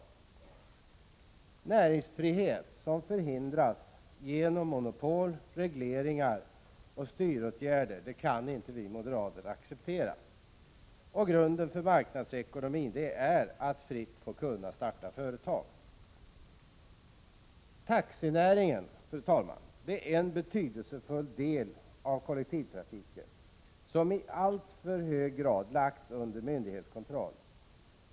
Vi moderater kan inte acceptera att näringsfriheten förhindras genom monopol, regleringar och styråtgärder. Grunden för marknadsekonomin är att människor skall fritt få starta företag. Fru talman! Taxinäringen är en betydelsefull del av kollektivtrafiken, som iallt för hög grad lagts under myndighetskontroll.